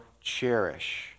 cherish